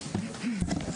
הישיבה ננעלה בשעה 13:03.